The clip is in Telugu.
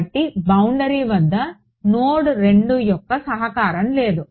కాబట్టి బౌండరీ వద్ద నోడ్ 2 యొక్క సహకారం లేదు